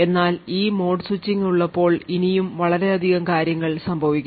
എന്നാൽ ഈ mode switch ഉള്ളപ്പോൾ ഇനിയും വളരെയധികം കാര്യങ്ങൾ സംഭവിക്കുന്നു